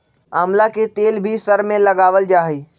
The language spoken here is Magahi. आमला के तेल भी सर में लगावल जा हई